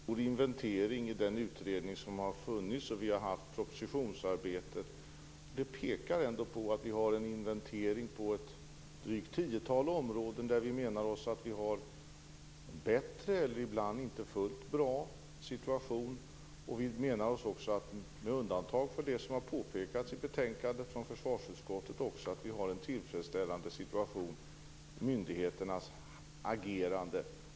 Herr talman! Vi har ju gjort en stor inventering i den utredning som har pågått, och vi har haft propositionsarbetet. Vi har en inventering av ett drygt tiotal områden där vi menar oss ha en bättre - ibland inte helt bra - situation. Med undantag för det som försvarsutskottet påpekat i betänkandet menar vi också att vi har en tillfredsställande situation vad gäller myndigheternas agerande.